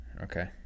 okay